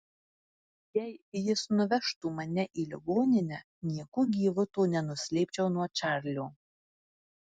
jei jis nuvežtų mane į ligoninę nieku gyvu to nenuslėpčiau nuo čarlio